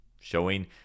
showing